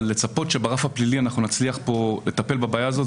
אבל לצפות שברף הפלילי נצליח פה לטפל בבעיה הזאת,